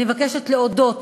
אני מבקשת להודות